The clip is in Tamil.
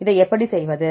இதை எப்படி செய்வது